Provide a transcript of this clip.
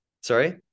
sorry